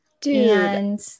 Dude